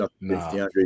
no